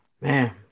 Man